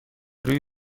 روی